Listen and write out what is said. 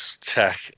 tech